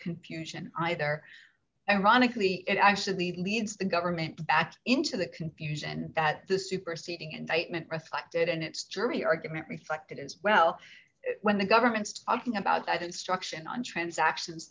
confusion either ironically it actually leads the government backed into the confusion that the superseding indictment reflected in its jury argument reflected as well when the government's cutting about instruction on transactions